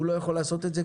הוא לא יכול לעשות את זה,